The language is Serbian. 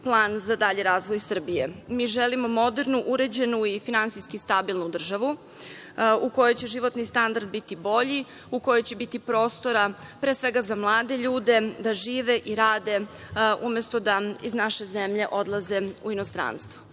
plan za dalji razvoj Srbije. Mi želimo modernu, uređenu i finansijski stabilnu državu u kojoj će životni standard biti bolji, u kojoj će biti prostora, pre svega za mlade ljude da žive i rade umesto da iz naše zemlje odlaze u inostranstvo. Mi